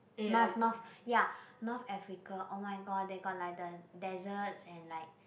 North North ya North Africa oh-my-god they got like the deserts and like